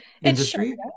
industry